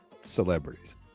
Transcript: celebrities